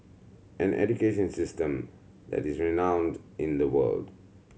an education system that is renowned in the world